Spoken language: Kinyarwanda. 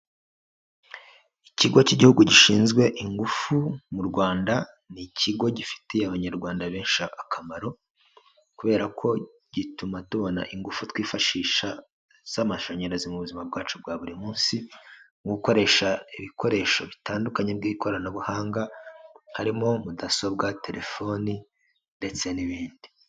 Ikigo cy'igihugu gishinzwe ingufu mu Rwanda, ni ikigo gifitiye abanyarwanda benshi akamaro, kubera ko gituma tubona ingufu twifashi z'amashanyarazi mu buzima bwacu bwa buri munsi, mu gukoresha ibikoresho bitandukanye by'ikoranabuhanga, harimo mudasobwa, telefone ndetse n'ibindi.